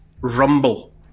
rumble